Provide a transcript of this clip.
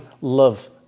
love